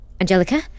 Angelica